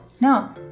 no